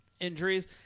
injuries